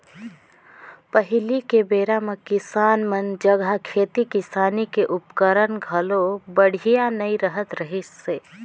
पहिली के बेरा म किसान मन जघा खेती किसानी के उपकरन घलो बड़िहा नइ रहत रहिसे